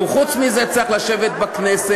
והוא חוץ מזה צריך לשבת בכנסת,